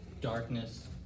darkness